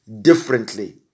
differently